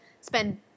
spend